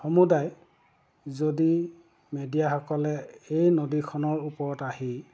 সমুদায় যদি মেডিয়াসকলে এই নদীখনৰ ওপৰত আহি